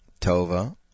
Tova